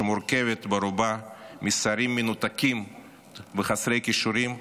שמורכבת ברובה משרים מנותקים וחסרי כישורים,